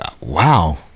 wow